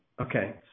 okay